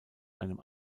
einem